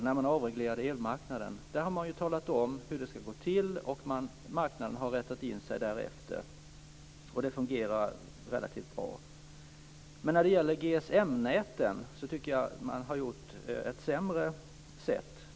När man avreglerade elmarknaden talade man om hur det skulle gå till, och marknaden har rätat in sig därefter. Det fungerar relativt bra. Men när det gäller GSM-näten tycker jag att man har gjort på ett sämre sätt.